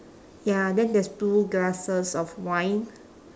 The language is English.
ya then there's two glasses of wine